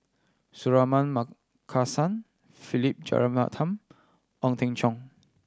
Suratman Markasan Philip Jeyaretnam Ong Teng Cheong